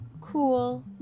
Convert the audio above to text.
cool